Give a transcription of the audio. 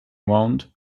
round